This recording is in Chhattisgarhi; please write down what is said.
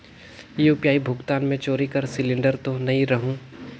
यू.पी.आई भुगतान मे चोरी कर सिलिंडर तो नइ रहु?